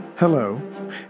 Hello